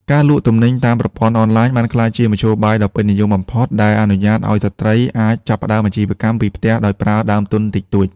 ការលក់ទំនិញតាមប្រព័ន្ធអនឡាញបានក្លាយជាមធ្យោបាយដ៏ពេញនិយមបំផុត ដែលអនុញ្ញាតឱ្យស្ត្រីអាចចាប់ផ្ដើមអាជីវកម្មពីផ្ទះដោយប្រើដើមទុនតិចតួច។